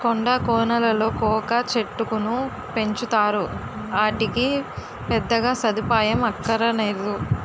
కొండా కోనలలో కోకా చెట్టుకును పెంచుతారు, ఆటికి పెద్దగా సదుపాయం అక్కరనేదు